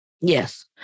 Yes